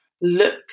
look